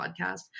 podcast